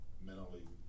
mentally